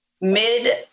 Mid-